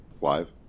live